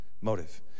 motive